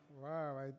Wow